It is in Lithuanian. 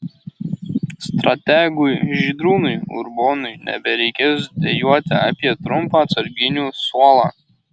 strategui žydrūnui urbonui nebereikės dejuoti apie trumpą atsarginių suolą